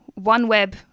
OneWeb